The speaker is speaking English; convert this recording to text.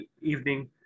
evening